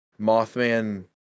Mothman